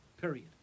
period